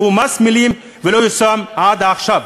והוא מס מילים ולא יושם עד עכשיו.